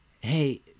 hey